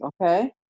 Okay